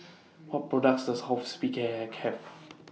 What products Does Hospicare Have